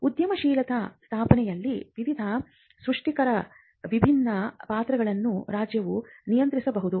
ಉದ್ಯಮಶೀಲತಾ ಸ್ಥಾಪನೆಯಲ್ಲಿ ವಿವಿಧ ಸೃಷ್ಟಿಕರ್ತರ ವಿಭಿನ್ನ ಪಾತ್ರಗಳನ್ನು ರಾಜ್ಯವು ನಿಯಂತ್ರಿಸಬಹುದು